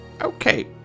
Okay